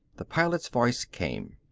the pilot's voice came.